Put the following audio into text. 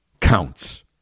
counts